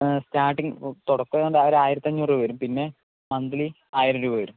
starting തുടക്കം ഒരു ആയിരത്തി അഞ്ഞൂറ് വരും പിന്നെ മന്ത്ലി ആയിരം രൂപ വരും